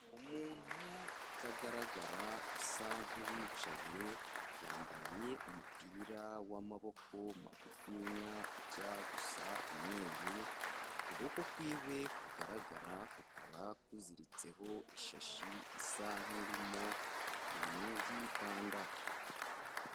Umuntu utagaragara, usa nk'uwicaye, yambaye umupira w'amaboko magufinya ujya gusa umweru, ukuboko kwiwe kugaragara kukaba kuziritseho ishashi isa nk'irimo utuntu yikanda.